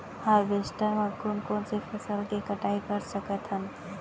Harvester म कोन कोन से फसल के कटाई कर सकथन?